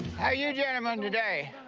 how are you gentlemen today?